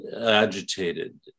agitated